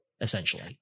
essentially